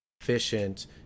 efficient